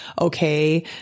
okay